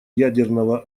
ядерного